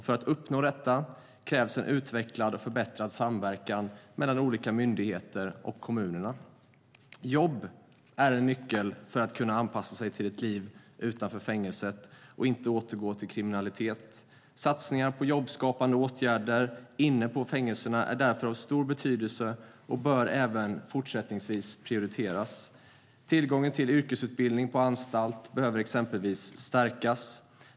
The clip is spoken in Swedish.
För att uppnå detta krävs utvecklad och förbättrad samverkan mellan olika myndigheter och kommunerna. Jobb är en nyckel för att kunna anpassa sig till ett liv utanför fängelset och inte återgå till kriminalitet. Satsningar på jobbskapande åtgärder inne på fängelserna är därför av stor betydelse och bör även fortsättningsvis prioriteras. Exempelvis behöver tillgången till yrkesutbildning på anstalt stärkas.